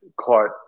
caught